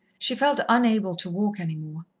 she felt unable to walk any more.